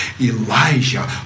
Elijah